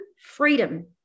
freedom